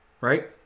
right